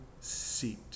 seat